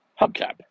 hubcap